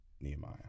Nehemiah